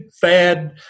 fad